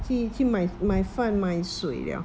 去去买饭买水了